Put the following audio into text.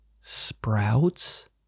sprouts